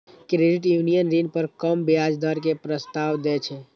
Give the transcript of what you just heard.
credit union ऋण पर कम ब्याज दर के प्रस्ताव दै छै